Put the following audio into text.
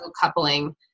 coupling